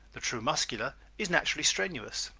the true muscular is naturally strenuous.